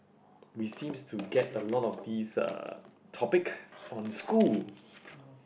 we seems to get a lot of these uh topic on school